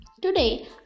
Today